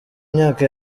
myaka